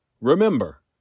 Remember